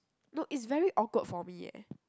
no it's very awkward for me eh